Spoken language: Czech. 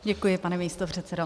Děkuji, pane místopředsedo.